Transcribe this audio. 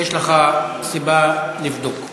יש לך סיבה לבדוק.